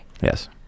Yes